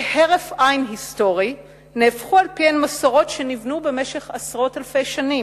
בהרף עין היסטורי נהפכו על פיהן מסורות שנבנו במשך עשרות אלפי שנים,